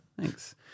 Thanks